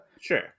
sure